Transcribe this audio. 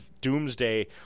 doomsday